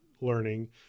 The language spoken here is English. learning